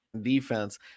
defense